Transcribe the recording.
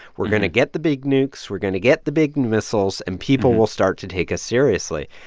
we're going to get the big nukes. we're going to get the big missiles, and people will start to take us seriously.